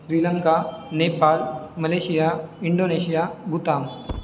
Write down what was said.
Sri Lanka Nepal Malaysia Indonesia Bhutan